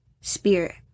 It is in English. spirit